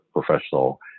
professional